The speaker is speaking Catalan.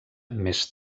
més